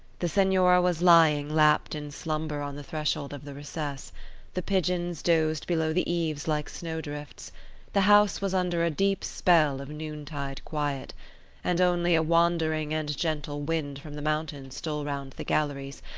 the senora was lying lapped in slumber on the threshold of the recess the pigeons dozed below the eaves like snowdrifts the house was under a deep spell of noontide quiet and only a wandering and gentle wind from the mountain stole round the galleries,